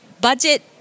budget